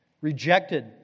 Rejected